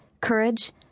courage